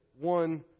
one